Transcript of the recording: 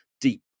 deep